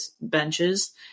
benches